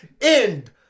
End